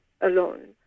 alone